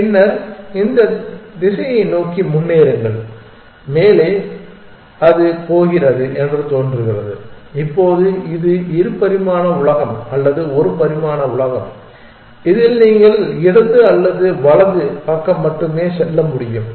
பின்னர் அந்த திசையை நோக்கி முன்னேறுங்கள் அது மேலே போகிறது என்று தோன்றுகிறது இப்போது இது இரு பரிமாண உலகம் அல்லது ஒரு பரிமாண உலகம் இதில் நீங்கள் இடது அல்லது வலது பக்கம் மட்டுமே செல்ல முடியும்